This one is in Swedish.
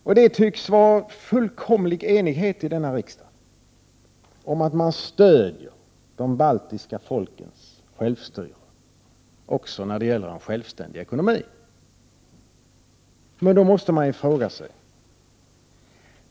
Och det tycks vara fullkomlig enighet i denna riksdag om att man skall stödja de baltiska folkens självstyrelse också när det gäller en självständig ekonomi. Då måste jag ställa en fråga.